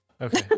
Okay